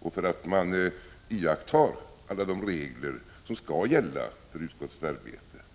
och för att man iakttar alla de regler som skall gälla för utskottets arbete.